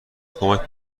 کمک